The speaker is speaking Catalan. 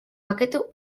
paquet